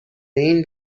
این